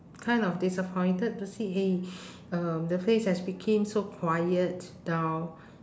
kind of disappointed to see !hey! um the place has became so quiet dull